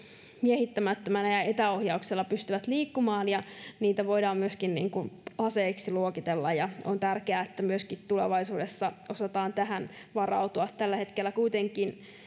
miehittämättömänä ja etäohjauksella liikkumaan ja ne voidaan myöskin aseiksi luokitella ja on tärkeää että myöskin tulevaisuudessa osataan tähän varautua tällä hetkellä kuitenkin